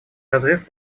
разрыв